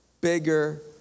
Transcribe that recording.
bigger